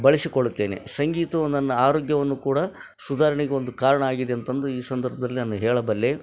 ಬಳಸಿಕೊಳ್ಳುತ್ತೇನೆ ಸಂಗೀತವು ನನ್ನ ಆರೋಗ್ಯವನ್ನು ಕೂಡ ಸುಧಾರಣೆಗೆ ಒಂದು ಕಾರಣ ಆಗಿದೆ ಅಂತಂದು ಈ ಸಂದರ್ಭದಲ್ಲಿ ನಾನು ಹೇಳಬಲ್ಲೆ